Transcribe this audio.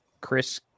Chris